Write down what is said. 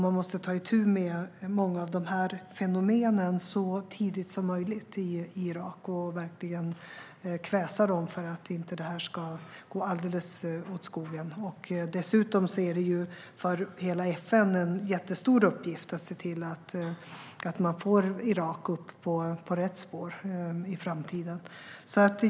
Man måste ta itu med många av de fenomenen så tidigt som möjligt i Irak och verkligen kväsa dem så att det inte kommer att gå alldeles åt skogen. Det är för FN en mycket stor uppgift att få Irak på rätt spår i framtiden.